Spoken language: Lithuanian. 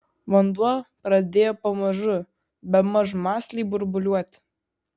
vanduo pradėjo pamažu bemaž mąsliai burbuliuoti